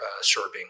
serving